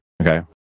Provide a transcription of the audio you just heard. Okay